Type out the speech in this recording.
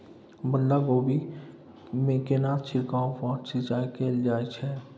बंधागोभी कोबी मे केना छिरकाव व सिंचाई कैल जाय छै?